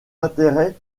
intérêt